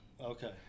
Okay